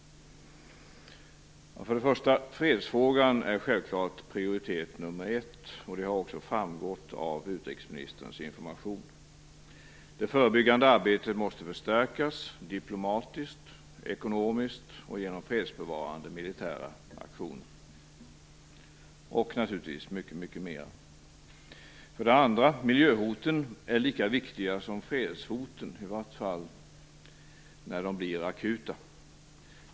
För det första: Fredsfrågan är självfallet prioritet nummer ett, vilket också har framgått av utrikesministerns information. Det förebyggande arbetet måste förstärkas diplomatiskt, ekonomiskt och genom fredsbevarande militära aktioner samt naturligtvis mycket, mycket mer. För det andra: Miljöhoten är lika viktiga som fredshoten, i vart fall när de blir akuta.